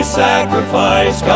sacrifice